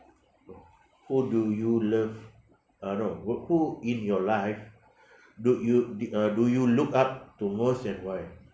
who do you love uh no wh~ who in your life do you di~ uh do you look up to most and why